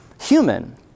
human